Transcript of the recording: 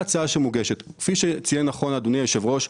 כפי שציין נכון יושב-ראש הוועדה,